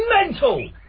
mental